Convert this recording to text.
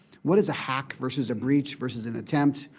what is a hack versus a breach, versus an attempt.